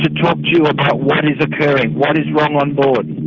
to talk to you about what is occurring, what is wrong on board.